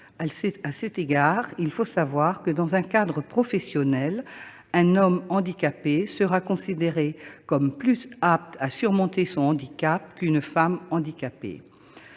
À cet égard, il faut savoir que, dans un cadre professionnel, un homme handicapé sera considéré comme plus apte à surmonter son handicap qu'une femme handicapée.